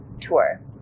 tour